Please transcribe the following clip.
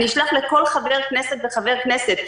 אני אשלח לכל חבר כנסת וחבר כנסת.